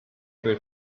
able